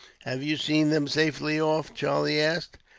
have you seen them safely off? charlie asked.